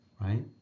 right